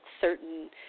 certain